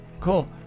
Cool